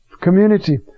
community